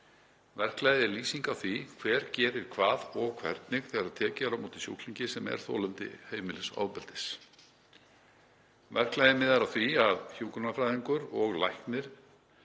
Verklagið er lýsing á því hver gerir hvað og hvernig þegar tekið er á móti sjúklingi sem er þolandi heimilisofbeldis. Verklagið miðar að því að hjúkrunarfræðingur og læknir